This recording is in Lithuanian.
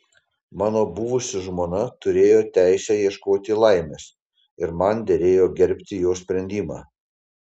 mano buvusi žmona turėjo teisę ieškoti laimės ir man derėjo gerbti jos sprendimą